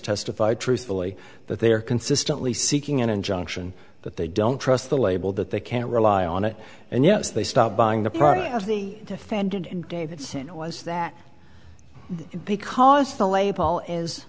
testify truthfully that they are consistently seeking an injunction but they don't trust the label that they can't rely on it and yes they stop buying the part of the defendant and davidson why's that because the label is